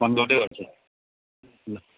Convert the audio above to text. phone गर्दै गर्छु ल